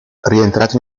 rientrato